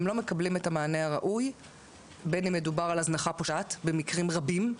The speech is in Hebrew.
הם לא מקבלים את המענה הראוי בין אם מדובר על הזנחה פושעת במקרים רבים,